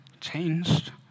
changed